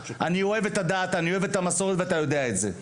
אני אוהב את הדת אני אוהב את המסורת ואתה יודע את זה,